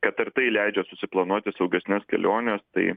kad ir tai leidžia susiplanuoti saugesnes keliones tai